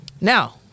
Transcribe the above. now